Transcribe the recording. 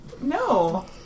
No